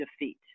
defeat